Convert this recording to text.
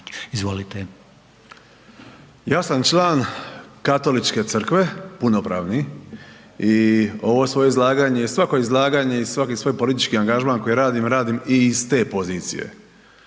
(HRAST)** Ja sam član Katoličke Crkve, punopravni i ovo svoje izlaganje i svako izlaganje i svaki svoj politički angažman koji radim, radim i iz te pozicije.